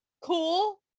cool